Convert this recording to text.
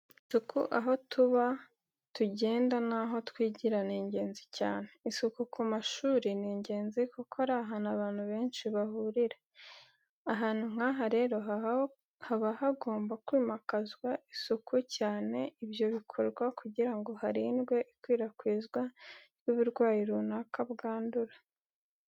Isuku aho tuba, tugenda naho twigira ni ingenzi cyane, isuku ku mashuri ni ingenzi kuko ari ahantu abantu benshi bahurira. Ahantu nk'aha rero, haba hagomba kwimakazwa isuku cyane ibyo bikorwa kugira ngo harindwe ikwirakwizwa ry’uburwayi runaka bwandura.